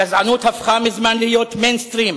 גזענות הפכה מזמן להיות mainstream.